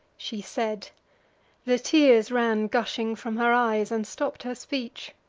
she said the tears ran gushing from her eyes, and stopp'd her speech.